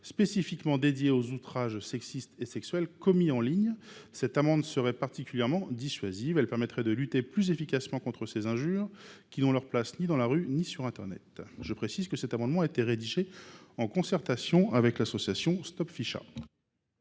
spécifiquement dédiée aux outrages sexistes et sexuels commis en ligne. Cette amende, particulièrement dissuasive, permettrait de lutter plus efficacement contre ces injures, qui n’ont leur place ni dans la rue ni sur internet. Je précise que cet amendement a été rédigé en concertation avec l’association StopFisha.